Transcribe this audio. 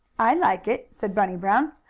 i like it, said bunny brown.